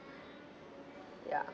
ya